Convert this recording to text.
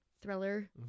thriller